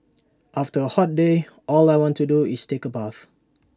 after A hot day all I want to do is take A bath